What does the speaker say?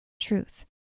Truth